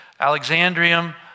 Alexandrium